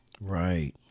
Right